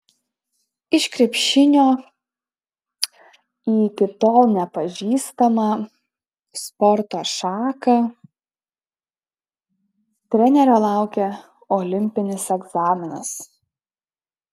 iš krepšinio į iki tol nepažįstamą sporto šaką trenerio laukia olimpinis egzaminas